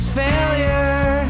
failure